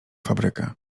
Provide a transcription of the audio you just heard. fabrykę